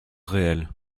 réel